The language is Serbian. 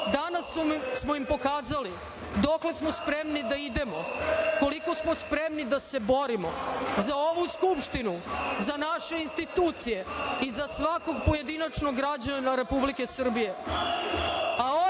smo im pokazali dokle smo spremni da idemo, koliko smo spremni da se borimo za ovu Skupštinu, za naše institucije i za svakog pojedinačnog građanina Republike Srbije.